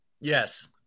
Yes